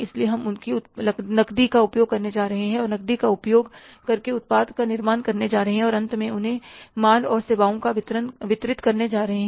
इसलिए हम उनकी नकदी का उपयोग करने जा रहे हैं और नकदी का उपयोग करके उत्पाद का निर्माण करने जा रहे हैं और अंत में उन्हें माल और सेवाओं को वितरित कर रहे हैं